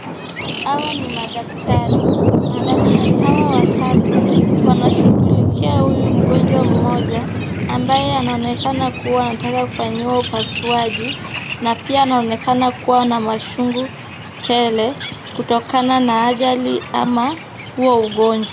Hawa ni madaktari, madaktari Hawa watatu wanashughulikia huyu mgonjwa mmoja ambaye anaonekana kuwa anataka kufanyiwa upasuaji na pia anaonekana kuwa na machungu tele kutokana na ajali ama huo ugonjwa.